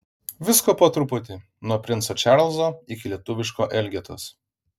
visko po truputį nuo princo čarlzo iki lietuviško elgetos